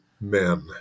men